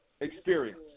experience